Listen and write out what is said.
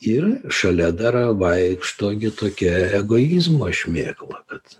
ir šalia dar vaikšto gi tokia egoizmo šmėkla kad